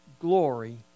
glory